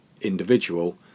individual